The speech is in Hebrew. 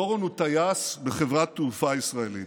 דורון הוא טייס בחברת תעופה ישראלית.